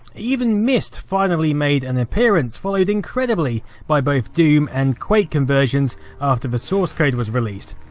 even myst finally made an appearance, followed incredibly by both doom and quake conversions after the source code was released,